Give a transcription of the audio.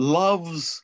loves